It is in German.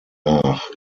nach